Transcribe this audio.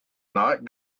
not